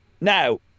Now